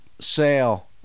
sale